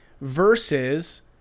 versus